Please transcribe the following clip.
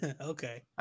Okay